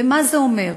ומה זה אומר?